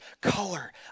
color